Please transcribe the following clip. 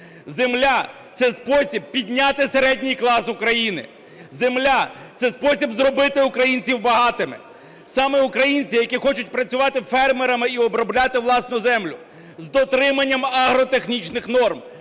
Земля – це спосіб підняти середній клас України. Земля – це спосіб зробити українців багатими. Саме українці, які хочуть працювати фермерами і обробляти власну землю: з дотриманням агротехнічних норм,